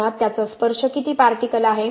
मुळात त्याचा स्पर्श किती पार्टिकलआहे